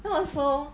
that was so